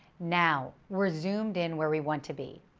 now we're zoomed in where we want to be,